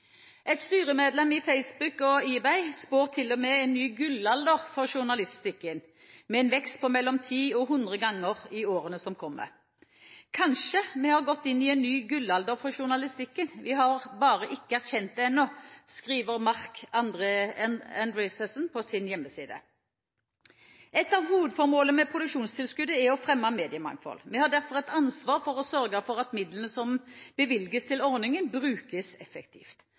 Et styremedlem i Facebook og eBay spår til og med en ny gullalder for journalistikken, med en vekst på mellom 10 og 100 ganger i årene som kommer: Kanskje vi har gått inn i en ny gullalder for journalistikken, vi har bare ikke erkjent det ennå, skriver Marc Andreessen på sin hjemmeside. Et av hovedformålene med produksjonstilskuddet er å fremme mediemangfold. Vi har derfor et ansvar for å sørge for at midlene som bevilges til ordningen, brukes effektivt.